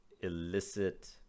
illicit